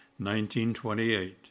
1928